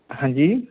हाँ जी